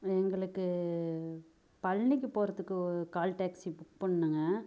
எங்களுக்கு பழனிக்கு போகிறத்துக்கு கால் டாக்ஸி புக் பண்ணணுங்க